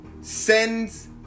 sends